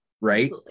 Right